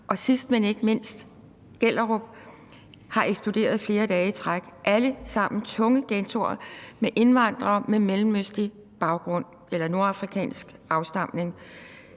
og sidst, men ikke mindst, Gellerup er eksploderet flere dage i træk. Det er alle sammen tunge ghettoer med indvandrere med mellemøstlig baggrund eller nordafrikansk afstamning,